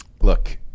Look